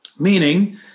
Meaning